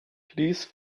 please